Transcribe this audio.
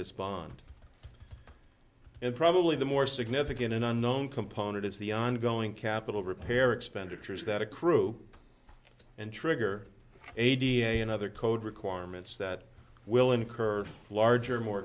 this bond and probably the more significant an unknown component is the ongoing capital repair expenditures that accrue and trigger a d n a and other code requirements that will incur larger more